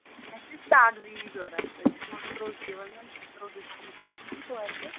اَسہِ چھِ کاکزی ضوٚرَتھ تہٕ یہِ چھُ مگر درٛوٚگ وَنَن درٛۅگٕے پَہمَتھ چھِ گژھان ژورِ ہَتہِ